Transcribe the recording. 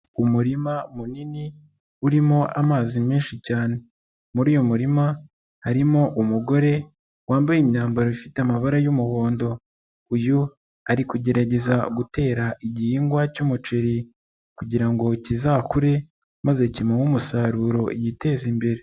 Umurima munini urimo amazi menshi cyane, muri uyu murima harimo umugore wambaye imyambaro ifite amabara y'umuhondo, uyu ari kugerageza gutera igihingwa cy'umuceri kugira ngo kizakure, maze kimuhe umusaruro yiteze imbere.